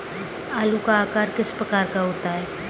आलू का आकार किस प्रकार का होता है?